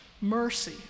Mercy